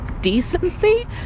decency